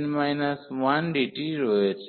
n 1dt রয়েছে